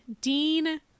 Dean